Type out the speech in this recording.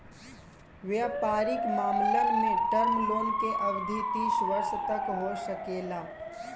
वयपारिक मामलन में टर्म लोन के अवधि तीस वर्ष तक हो सकेला